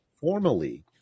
formally